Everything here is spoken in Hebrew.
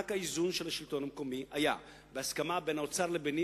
מענק האיזון של השלטון המקומי היה בהסכמה בין האוצר לביני,